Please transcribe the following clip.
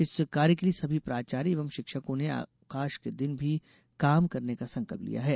इस कार्य के लिए सभी प्राचार्य एवं षिक्षकों ने अवकाष के दिन भी काम करने का संकल्प लिया है